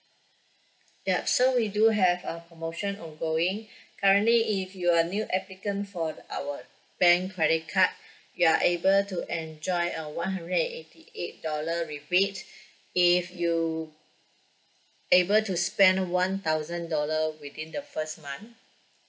ya so we do have a promotion ongoing currently if you're a new applicant for the our bank credit card you're able to enjoy uh one hundred and eighty eight dollar rebate if you able to spend one thousand dollar within the first month